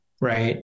right